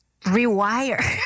rewire